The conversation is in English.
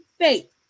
faith